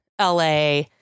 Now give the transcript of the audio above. LA